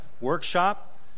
workshop